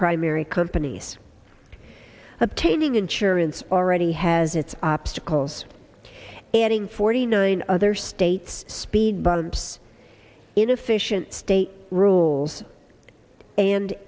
primary companies obtaining insurance already has it's obstacles adding forty nine other states speedboats inefficient state rules and